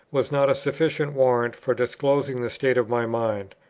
was not a sufficient warrant for disclosing the state of my mind.